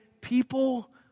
people